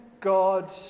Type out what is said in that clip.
God